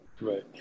Right